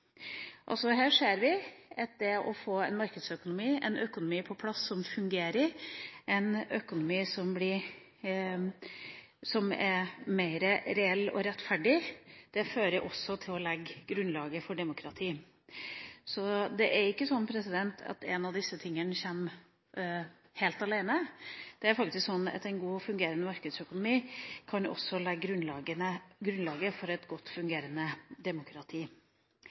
Her ser vi altså at det å få på plass en markedsøkonomi, en økonomi som fungerer, en økonomi som er mer reell og rettferdig, fører også til å legge grunnlaget for demokrati. Så det er ikke sånn at en av disse tingene kommer helt alene; det er faktisk sånn at en god og fungerende markedsøkonomi også kan legge grunnlaget for et godt fungerende demokrati.